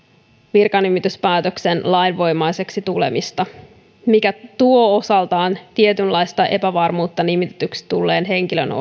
virkanimityspäätöksen lainvoimaiseksi tulemista mikä tuo osaltaan tietynlaista epävarmuutta nimitetyksi tulleen henkilön oikeusasemaan